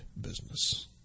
business